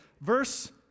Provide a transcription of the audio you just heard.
verse